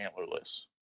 antlerless